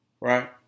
Right